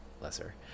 lesser